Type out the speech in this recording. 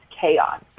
chaos